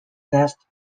best